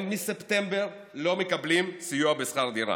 הם מספטמבר לא מקבלים סיוע בשכר דירה.